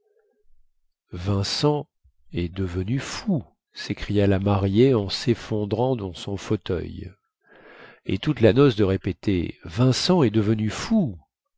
vincent est devenu fou sécria la mariée en seffondrant dans son fauteuil et toute la noce de répéter vincent est devenu fou